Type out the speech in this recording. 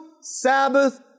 Sabbath